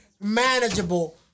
Manageable